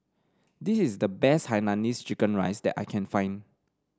this is the best Hainanese Chicken Rice that I can find